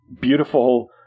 beautiful